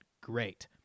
great